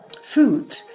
food